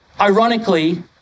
Ironically